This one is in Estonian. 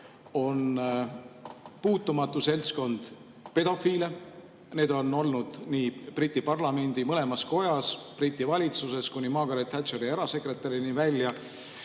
on puutumatu seltskond pedofiile. Neid on olnud nii Briti parlamendi mõlemas kojas, Briti valitsuses kuni Margaret Thatcheri erasekretärini välja,